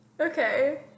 Okay